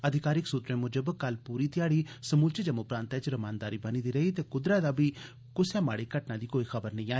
अधिकारिक सूत्रें मूजब कल पूरी घ्याड़ी समूलचे जम्मू प्रांतै च रमानदारी बनी दी रेई ते कुदरै दा बी कुसै माड़ी घटना दी कोई खबर नेई ऐ